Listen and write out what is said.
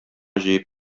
җыеп